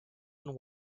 and